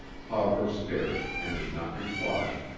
hawver stared and did not reply.